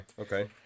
Okay